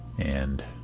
and